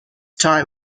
type